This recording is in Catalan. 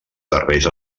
serveis